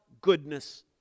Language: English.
goodness